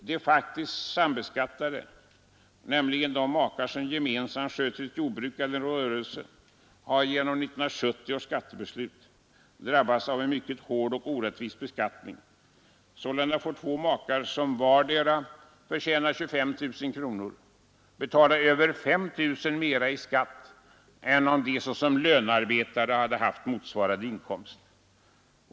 De faktiskt sambeskattade, nämligen de makar som gemensamt sköter ett jordbruk eller en rörelse, har genom 1970 års skattebeslut drabbats av en hård och mycket orättvis beskattning. Sålunda får två makar som vardera förtjänar 25 000 kronor betala över 5 000 mer i skatt än om de såsom lönarbetare hade haft motsvarande inkomst.